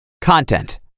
Content